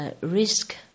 risk